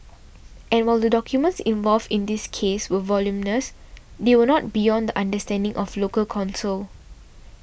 and while the documents involved in this case were voluminous they were not beyond the understanding of local counsel